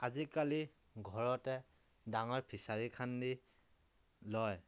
আজিকালি ঘৰতে ডাঙৰ ফিছাৰী খান্দি লয়